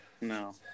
no